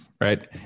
right